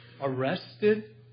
Arrested